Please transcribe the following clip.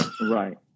Right